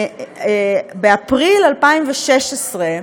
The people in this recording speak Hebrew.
באפריל 2016,